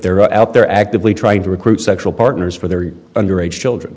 they're out there actively trying to recruit sexual partners for their underage children